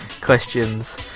questions